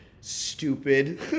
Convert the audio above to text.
Stupid